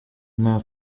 nta